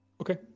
Okay